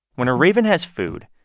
when a raven has food,